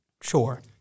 Sure